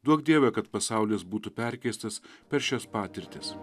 duok dieve kad pasaulis būtų perkeistas per šias patirtis